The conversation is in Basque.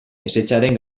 ezetzaren